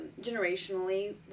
generationally